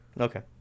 Okay